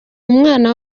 umwana